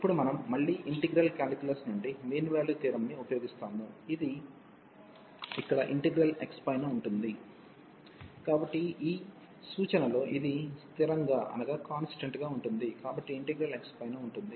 ఇప్పుడు మనం మళ్ళీ ఇంటెగ్రల్ కాలిక్యులస్ నుండి మీన్ వాల్యూ థియోరమ్ ని ఉపయోగిస్తాము ఇది ఇక్కడ ఇంటిగ్రల్ x పైన ఉంటుంది కాబట్టి ఈ సూచనలో ఇది స్థిరం గా ఉంటుంది కాబట్టి ఇంటిగ్రల్ x పైన ఉంటుంది